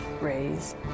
raise